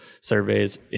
surveys